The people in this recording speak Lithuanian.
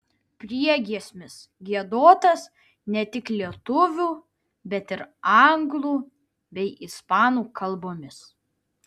priegiesmis giedotas ne tik lietuvių bet ir anglų bei ispanų kalbomis